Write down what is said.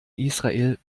israel